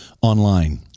online